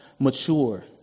mature